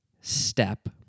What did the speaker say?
step